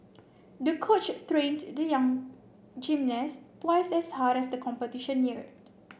the coach trained the young gymnast twice as hard as the competition neared